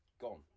gone